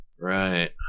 right